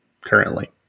currently